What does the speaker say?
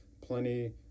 plenty